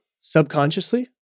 Subconsciously